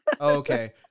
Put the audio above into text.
Okay